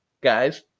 Guys